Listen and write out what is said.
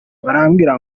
barambwira